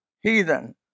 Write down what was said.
heathen